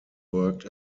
worked